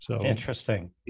Interesting